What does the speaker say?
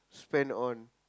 spend on